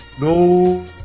no